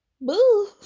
Boo